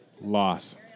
Loss